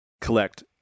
collect